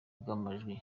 bw’amajwi